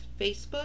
Facebook